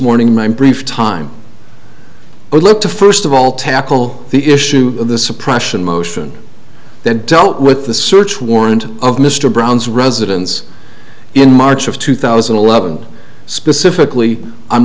morning my brief time to look to first of all tackle the issue of the suppression motion that dealt with the search warrant of mr brown's residence in march of two thousand and eleven specifically